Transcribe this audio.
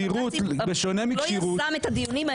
סבירות בשונה מכשירות --- אבל הוא לא יזם את הדיונים האלה.